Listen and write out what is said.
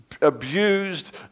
abused